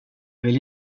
vill